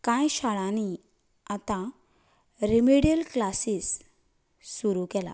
कांय शाळांनी आतां रेमॅडियल क्लासीज सुरू केल्या